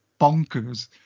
bonkers